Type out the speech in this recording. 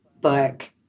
book